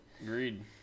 Agreed